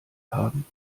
haben